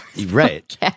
Right